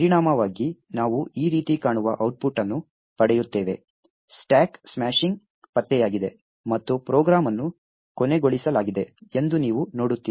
ಪರಿಣಾಮವಾಗಿ ನಾವು ಈ ರೀತಿ ಕಾಣುವ ಔಟ್ಪುಟ್ ಅನ್ನು ಪಡೆಯುತ್ತೇವೆ ಸ್ಟಾಕ್ ಸ್ಮಾಶಿಂಗ್ ಪತ್ತೆಯಾಗಿದೆ ಮತ್ತು ಪ್ರೋಗ್ರಾಂ ಅನ್ನು ಕೊನೆಗೊಳಿಸಲಾಗಿದೆ ಎಂದು ನೀವು ನೋಡುತ್ತೀರಿ